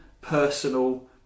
personal